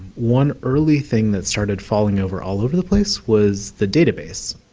one early thing that started falling over all over the place was the database.